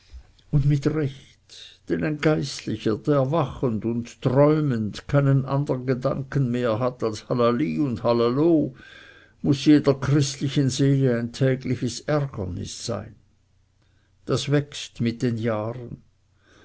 und mit recht denn ein geistlicher der wachend und träumend keinen andern gedanken mehr hat als halali und halalo muß jeder christlichen seele ein tägliches ärgernis sein das wächst mit den jahren